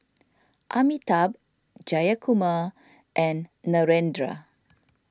Amitabh Jayakumar and Narendra